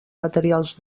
materials